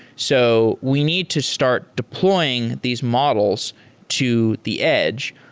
so we need to start deploying these models to the edge.